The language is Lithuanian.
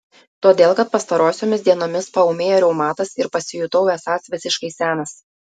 todėl kad pastarosiomis dienomis paūmėjo reumatas ir pasijutau esąs visiškai senas